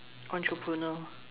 entrepreneur